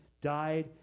died